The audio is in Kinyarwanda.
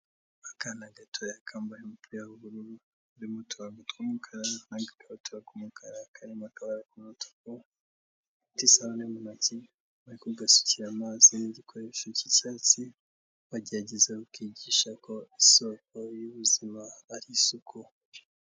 Akana gato kambaye umupira w'ubururu harimo uturonko tw'umukara n'agakabutura k'umukara karirimo akabara k'umutuku, gafite isabune mu ntoki, bari kugasukira amazi n'igikoresho cy'icyatsi, bagerageza kukigisha ko isoko y'ubuzima ari isuku.